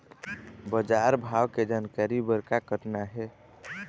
बजार भाव के जानकारी बर का करना हे?